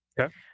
Okay